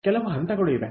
ಕೆಲವು ಹಂತಗಳು ಇವೆ